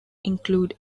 include